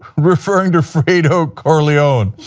referring to rfredo corleone,